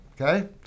Okay